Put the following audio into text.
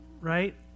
right